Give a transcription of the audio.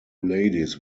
ladies